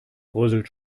bröselt